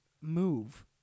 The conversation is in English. move